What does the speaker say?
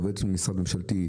עובדת במשרד ממשלתי,